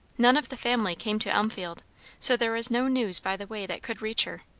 none of the family came to elmfield so there was no news by the way that could reach her.